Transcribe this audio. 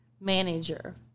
manager